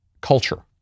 culture